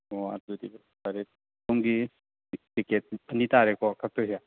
ꯑꯣ ꯑꯗꯨꯗꯤ ꯐꯔꯦ ꯁꯣꯝꯒꯤ ꯇꯤꯛꯀꯦꯠ ꯑꯅꯤ ꯇꯥꯔꯦꯀꯣ ꯀꯛꯇꯣꯏꯁꯦ